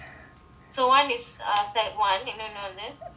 so one is err secondary one and then one